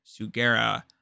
Sugera